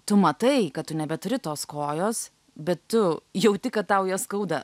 tu matai kad tu nebeturi tos kojos bet tu jauti kad tau ją skauda